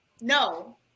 no